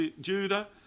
Judah